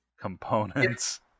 components